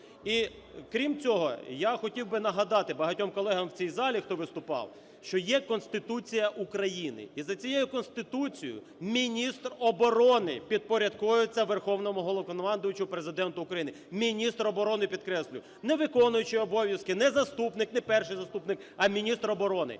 І, крім цього, я хотів би нагадати багатьом колегам в цій залі, хто виступав, що є Конституція України. І за цією Конституцією міністр оборони підпорядковується Верховному Головнокомандувачу – Президенту України. Міністр оборони, підкреслюю, не виконуючий обов'язки, не заступник, не перший заступник, а міністр оборони.